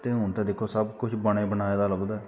ते हून ते दिक्खो सब किश बने बनाए दा लभदा ऐ